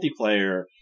multiplayer